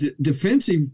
defensive